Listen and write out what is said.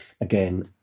again